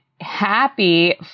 happy